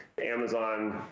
amazon